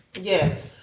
yes